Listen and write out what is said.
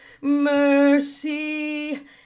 mercy